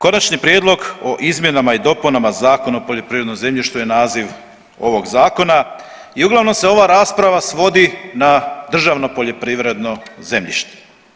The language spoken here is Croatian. Konačni prijedlog o izmjenama i dopunama Zakona o poljoprivrednom zemljištu je naziv ovog zakona i uglavnom se ova rasprava svodi na državno poljoprivredno zemljište.